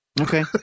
Okay